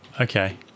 Okay